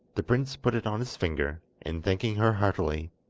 the prince put it on his finger, and thanking her heartily,